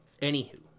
Anywho